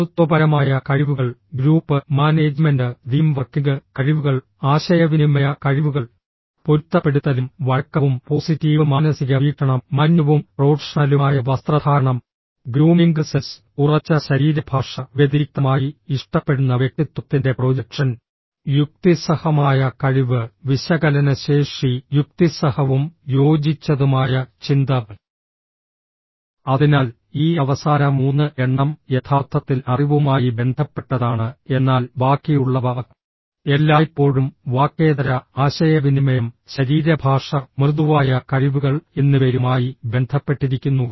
നേതൃത്വപരമായ കഴിവുകൾ group management team working കഴിവുകൾ ആശയവിനിമയ കഴിവുകൾ പൊരുത്തപ്പെടുത്തലും വഴക്കവും പോസിറ്റീവ് മാനസിക വീക്ഷണം മാന്യവും പ്രൊഫഷണലുമായ വസ്ത്രധാരണം ഗ്രൂമിംഗ് സെൻസ് ഉറച്ച ശരീരഭാഷ വ്യതിരിക്തമായി ഇഷ്ടപ്പെടുന്ന വ്യക്തിത്വത്തിന്റെ പ്രൊജക്ഷൻ യുക്തിസഹമായ കഴിവ് വിശകലന ശേഷി യുക്തിസഹവും യോജിച്ചതുമായ ചിന്ത അതിനാൽ ഈ അവസാന 3 എണ്ണം യഥാർത്ഥത്തിൽ അറിവുമായി ബന്ധപ്പെട്ടതാണ് എന്നാൽ ബാക്കിയുള്ളവ എല്ലായ്പ്പോഴും വാക്കേതര ആശയവിനിമയം ശരീരഭാഷ മൃദുവായ കഴിവുകൾ എന്നിവയുമായി ബന്ധപ്പെട്ടിരിക്കുന്നു